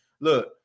look